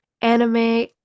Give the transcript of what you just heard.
anime